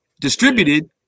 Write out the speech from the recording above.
distributed